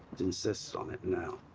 insists on it now.